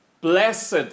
Blessed